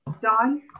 Don